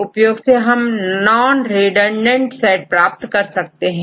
इसके द्वारा हम नान रिडंडेंट स्ट्रक्चर का सेट प्राप्त कर सकते हैं